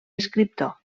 escriptor